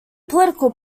political